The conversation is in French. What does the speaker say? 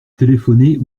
téléphoner